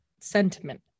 sentiment